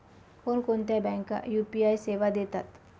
कोणकोणत्या बँका यू.पी.आय सेवा देतात?